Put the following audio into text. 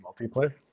multiplayer